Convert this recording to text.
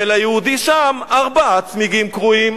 וליהודי שם ארבעה צמיגים קרועים,